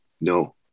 No